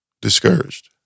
Discouraged